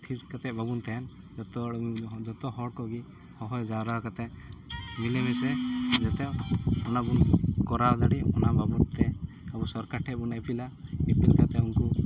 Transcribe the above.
ᱛᱷᱤᱨ ᱠᱟᱛᱮ ᱵᱟᱵᱚᱱ ᱛᱟᱦᱮᱱ ᱡᱚᱛᱚ ᱦᱚᱲ ᱡᱚᱛᱚ ᱦᱚᱲ ᱠᱚᱜᱮ ᱦᱚ ᱦᱚ ᱡᱟᱣᱨᱟ ᱠᱟᱛᱮ ᱢᱤᱞᱮᱢᱤᱥᱮ ᱡᱟᱛᱮ ᱚᱱᱟ ᱵᱚᱱ ᱠᱚᱨᱟᱣ ᱫᱟᱲᱮᱜ ᱚᱱᱟ ᱵᱟᱵᱚᱫ ᱛᱮ ᱟᱵᱚ ᱥᱚᱨᱠᱟᱨ ᱴᱷᱮᱡ ᱵᱚ ᱟᱹᱯᱤᱞᱟ ᱟᱯᱤᱞ ᱠᱟᱛᱮ ᱩᱱᱠᱩ